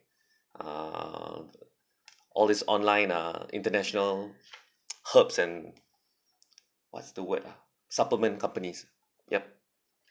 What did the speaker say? uh all these online ah international herbs and what's the word ah supplement companies yup